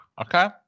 okay